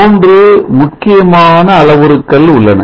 மூன்று முக்கியமான அளவுருக்கள் உள்ளன